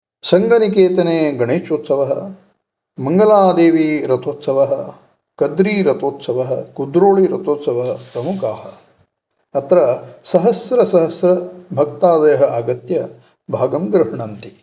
सङ्गनिकतेने गणेशोत्सवः मङ्गलादेवीरथोत्सवः कद्री रथोत्सवः कुद्रोलिरथोत्सवः प्रमुखाः अत्र सहस्र सहस्र भक्तादयः आगत्य भागं गृह्णन्ति